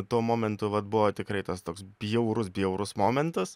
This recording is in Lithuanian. tuo momentu vat buvo tikrai tas toks bjaurus bjaurus momentas